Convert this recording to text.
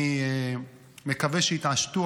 אני מקווה שיתעשתו,